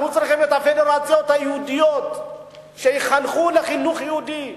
אנחנו צריכים את הפדרציות היהודיות שיחנכו לחינוך יהודי,